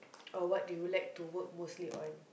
or what do you like to work mostly on